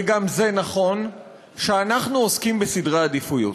וגם זה נכון, שאנחנו עוסקים בסדרי עדיפויות.